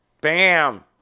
Bam